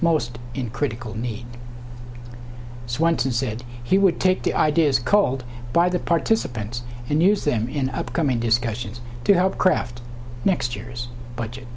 most in critical need swanton said he would take the ideas called by the participants and use them in upcoming discussions to help craft next year's budget